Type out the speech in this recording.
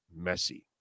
Messi